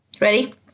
ready